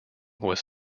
was